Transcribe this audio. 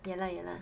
ya lah ya lah